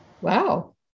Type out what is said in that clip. Wow